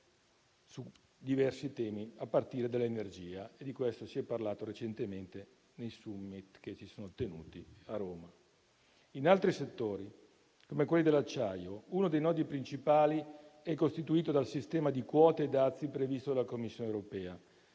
su diversi temi, a partire dell'energia: di questo si è parlato recentemente nei *summit* che si sono tenuti a Roma. In altri settori, come quello dell'acciaio, uno dei nodi principali è costituito dal sistema di quote e dazi previsto dalla Commissione europea,